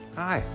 hi